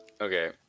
okay